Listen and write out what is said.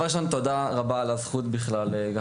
דבר ראשון אני מודה על הזכות להיות כאן.